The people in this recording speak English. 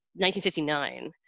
1959